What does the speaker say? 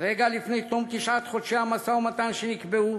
רגע לפני תום תשעת חודשי המשא-ומתן שנקבעו,